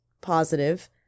positive